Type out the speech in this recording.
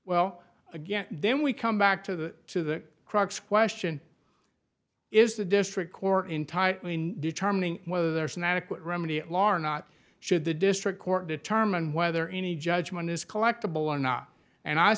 well again then we come back to the to the crux question is the district court in tightly determining whether there's an adequate remedy larn not should the district court determine whether any judgment is collectable or not and i